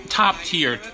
top-tier